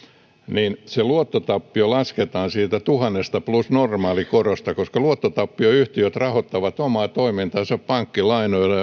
niin se luottotappio lasketaan siitä tuhannesta plus normaalikorosta koska luottotappioyhtiöt rahoittavat omaa toimintaansa pankkilainoilla